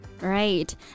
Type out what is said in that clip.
Right